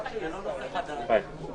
מה עוד נשאר לנו?